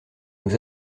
nous